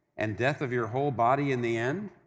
and death of your whole body in the end,